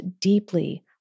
deeply